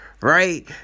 Right